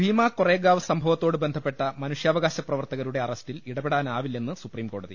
ഭീമാ കൊറേഗാവ് സംഭവത്തോട്ബന്ധപ്പെട്ട മനുഷ്യാവകാശ പ്രവർത്തകരുടെ അറസ്റ്റിൽ ഇടപെടാനാ വില്ലെന്ന് സുപ്രീംകോടതി